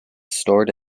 stored